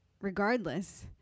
regardless